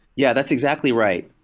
yeah, that's exactly right.